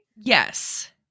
Yes